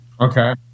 okay